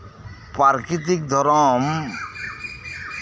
ᱯᱨᱟᱠᱤᱨᱛᱠ ᱫᱷᱚᱨᱚᱢ